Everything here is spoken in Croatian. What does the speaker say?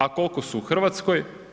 A koliko su u Hrvatskoj?